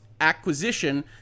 acquisition